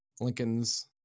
Lincoln's